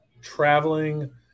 traveling